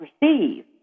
perceive